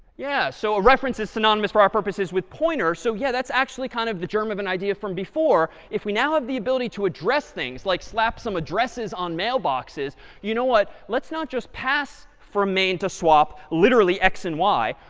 yeah. so a reference is synonymous for our purposes, with pointer. so yeah, that's actually kind of the germ of an idea from before. if we now have the ability to address things like slap some addresses on mailboxes you know what, let's not just pass from main to swap, literally x and y,